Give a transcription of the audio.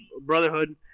brotherhood